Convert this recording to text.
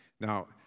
Now